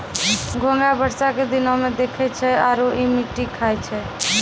घोंघा बरसा के दिनोॅ में दिखै छै आरो इ मिट्टी खाय छै